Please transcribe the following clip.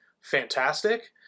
fantastic